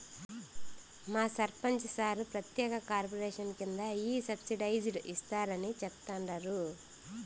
మా సర్పంచ్ సార్ ప్రత్యేక కార్పొరేషన్ కింద ఈ సబ్సిడైజ్డ్ ఇస్తారని చెప్తండారు